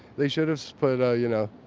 they should have put, ah you know,